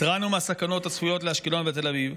התרענו מהסכנות הצפויות לאשקלון ותל אביב.